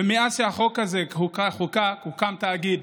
ומאז שהחוק הזה חוקק, הוקם תאגיד.